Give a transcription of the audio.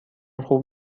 خوب